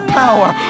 power